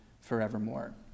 forevermore